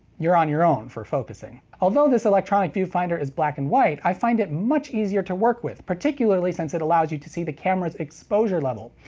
you're on your own for focusing. although this electronic viewfinder is black and white, i find it much easier to work with. particularly since it allows you to see the camera's exposure level,